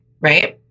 Right